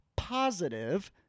positive